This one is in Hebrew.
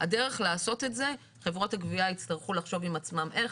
הדרך לעשות את זה חברות הגבייה יצטרכו לחשוב עם עצמן איך,